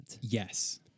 Yes